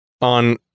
On